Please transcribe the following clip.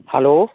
hello